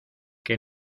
que